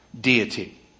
deity